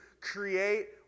create